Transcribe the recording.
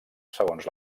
segons